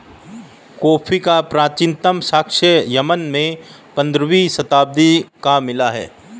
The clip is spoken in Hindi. कॉफी का प्राचीनतम साक्ष्य यमन में पंद्रहवी शताब्दी का मिला है